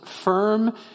firm